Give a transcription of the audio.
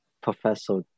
Professor